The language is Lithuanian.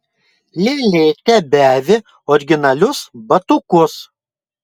lėlė tebeavi originalius batukus